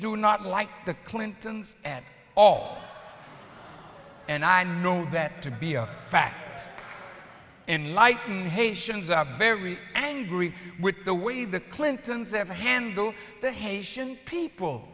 do not like the clintons at all and i know that to be a fact and lighten haitians are very angry with the way the clintons have to handle the haitian people